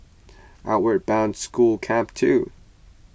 Outward Bound School Camp two